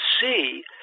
see